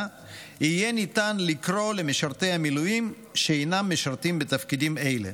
יהיה ניתן לקרוא למשרתי מילואים שאינם משרתים בתפקידים אלו.